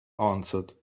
answered